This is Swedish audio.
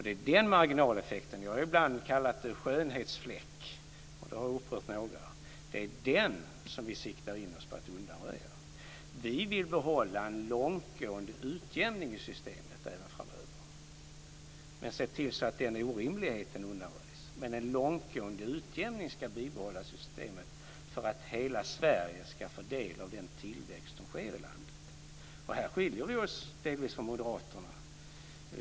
Det är den här marginaleffekten som vi siktar in oss på att undanröja. Jag har ibland kallat den en skönhetsfläck; det har upprört några. Vi vill behålla en långtgående utjämning i systemet även framöver men se till att den här orimligheten undanröjs. En långtgående utjämning ska bibehållas i systemet för att hela Sverige ska få del av den tillväxt som sker i landet. I det här avseendet skiljer vi oss delvis från moderaterna.